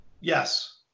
yes